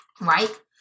Right